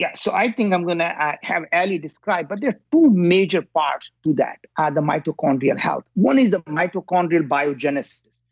yeah so i think i'm going ah to have ally describe, but there are two major parts to that. ah the mitochondrial health. one is the mitochondrial biogenesis.